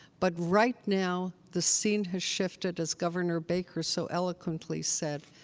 but right now, the scene has shifted, as governor baker so eloquently said.